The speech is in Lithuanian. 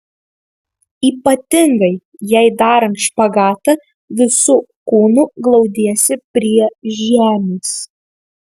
ypatingai jei darant špagatą visu kūnu glaudiesi prie žemės